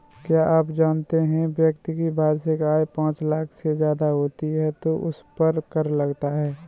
क्या आप जानते है व्यक्ति की वार्षिक आय पांच लाख से ज़्यादा होती है तो उसपर कर लगता है?